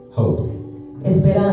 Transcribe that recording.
hope